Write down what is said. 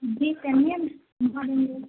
جی چلیے گھما دیں گے